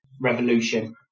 revolution